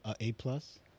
A-plus